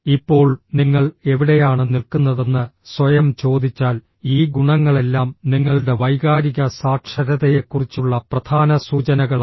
ഇപ്പോൾ നിങ്ങൾ എവിടെയാണ് നിൽക്കുന്നതെന്ന് സ്വയം ചോദിച്ചാൽ ഈ ഗുണങ്ങളെല്ലാം നിങ്ങളുടെ വൈകാരിക സാക്ഷരതയെക്കുറിച്ചുള്ള പ്രധാന സൂചനകളാണ്